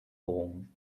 home